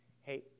Hey